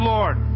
Lord